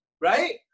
right